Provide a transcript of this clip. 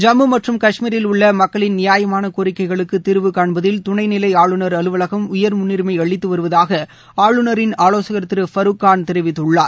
ஜம்மு மற்றும் கஷ்மீரில் உள்ள மக்களின் நியாயமான கோரிக்கைகளுக்கு தீர்வு கான்பதில் துணைநிலை ஆளுநர் அலுவலகம் உயர் முன்னுரிமை அளித்து வருவதாக ஆளுநரின் ஆலோசகர் திரு ஃபரூக் கான் தெரிவித்துள்ளார்